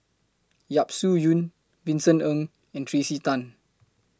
Yap Su Yin Vincent Ng and Tracey Tan